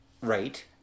Right